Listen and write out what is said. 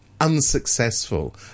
unsuccessful